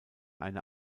eine